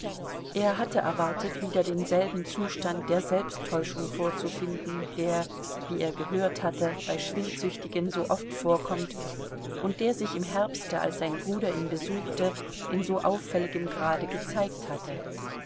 er hatte erwartet wieder denselben zustand der selbsttäuschung vorzufinden der wie er gehört hatte bei schwindsüchtigen so oft vorkommt und der sich im herbste als sein bruder ihn besuchte in so auffälligem grade gezeigt hatte